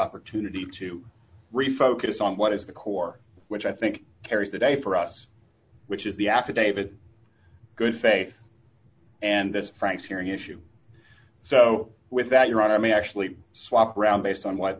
opportunity to refocus on what is the core which i think carries the day for us which is the affidavit good faith and the franks hearing issue so with that your honor may actually swap around based on